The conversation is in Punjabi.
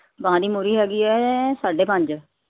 ਬਾਂਹ ਦੀ ਮੂਰੀ ਹੈਗੀ ਹੈ ਸਾਢੇ ਪੰਜ